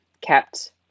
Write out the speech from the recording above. kept